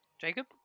Jacob